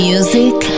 Music